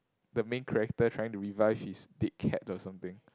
the main character trying to revive his dead cat or something